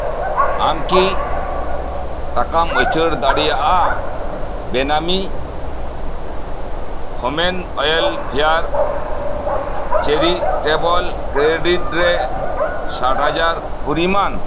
ᱟᱢᱠᱤ ᱴᱟᱠᱟᱢ ᱟᱹᱪᱟᱹᱲ ᱫᱟᱲᱮᱭᱟᱜᱼᱟ ᱵᱮᱱᱟᱢᱤ ᱦᱚᱢᱮᱱ ᱳᱣᱮᱞ ᱯᱷᱮᱭᱟᱨ ᱪᱮᱨᱤ ᱴᱮᱵᱚᱞ ᱠᱮᱰᱤᱴ ᱨᱮ ᱥᱟᱴ ᱦᱟᱡᱟᱨ ᱯᱚᱨᱤᱢᱟᱱ